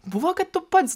buvo kad tu pats